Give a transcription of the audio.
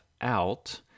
out